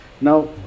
now